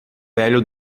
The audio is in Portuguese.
velho